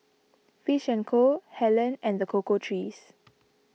Fish and Co Helen and the Cocoa Trees